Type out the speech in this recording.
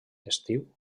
estiu